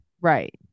Right